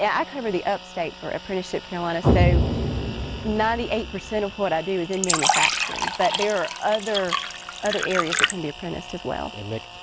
yeah i cover the upstate for apprenticeship carolina so ninety eight percent of what i do is in manufacturing. but there are other areas that can be apprenticed as well. and mick.